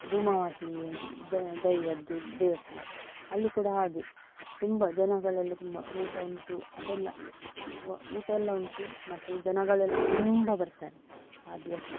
ಧೂಮಾವತಿ ದೈವದ್ದು ದೇವಸ್ಥಾನ ಅಲ್ಲಿ ಕೂಡ ಹಾಗೆ ತುಂಬ ಜನಗಳೆಲ್ಲ ತುಂಬ ಊಟ ಉಂಟು ಅದೆಲ್ಲ ಊಟ ಎಲ್ಲ ಉಂಟು ಮತ್ತು ಜನಗಳೆಲ್ಲ ತುಂಬ ಬರ್ತಾರೆ ಆ ದಿವಸ